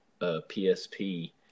PSP